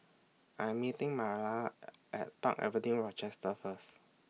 I'm meeting Marlana At Park Avenue Rochester First